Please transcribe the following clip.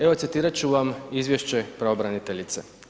Evo citirati ću vam izvješće pravobraniteljice.